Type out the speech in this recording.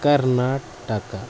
Karnataka